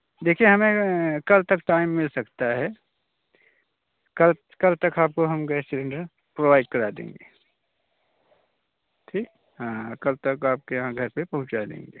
देखिए हमें कल तक टाइम मिल सकता है कल कल तक आपको हम गैस सिलिंडर प्रोवाइड करा देंगे ठीक हाँ कल तक आपके यहाँ घर पर पहुँचा देंगे